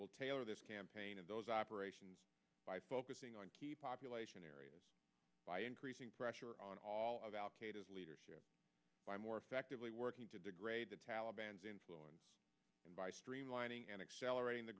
will tailor this campaign and those operations by focusing on key population areas by increasing pressure on all of al qaeda leadership by more effectively working to degrade the taliban's influence and by streamlining and accelerating the